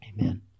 Amen